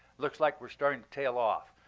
looks like we're starting to tail off.